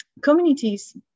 communities